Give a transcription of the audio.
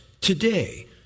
today